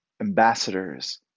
ambassadors